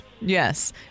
Yes